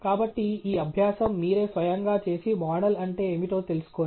కాబట్టి ఈ అభ్యాసం మీరే స్వయంగా చేసి మోడల్ అంటే ఏమిటో తెలుసుకోండి